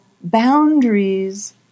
boundaries